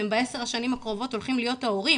הם ב-10 השנים הקרובות הולכים להיות ההורים.